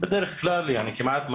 בדרך כלל כמעט מלא.